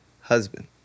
husband